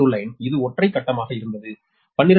Line line இது ஒற்றை கட்டமாக இருந்தது 12